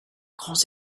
grands